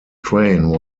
train